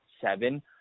seven